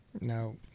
No